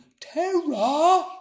terror